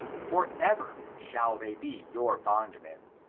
for ever shall they be your bondmen.